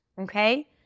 okay